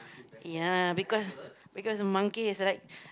ya because because the monkey is like